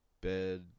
bed